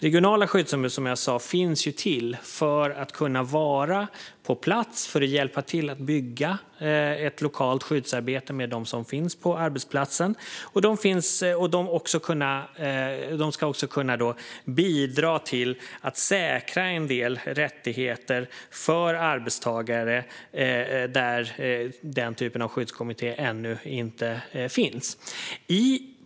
Regionala skyddsombud finns till för att kunna vara på plats och hjälpa till att bygga ett lokalt skyddsarbete med dem som finns på arbetsplatsen. De ska också kunna bidra till att säkra en del rättigheter för arbetstagare där sådana skyddskommittéer ännu inte finns.